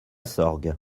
sorgue